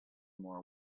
more